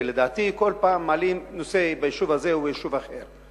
ולדעתי כל פעם מעלים את הנושא לגבי היישוב הזה או יישוב אחר,